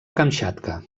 kamtxatka